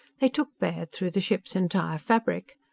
they took baird through the ship's entire fabric.